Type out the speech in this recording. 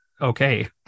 okay